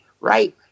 right